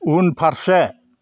उनफारसे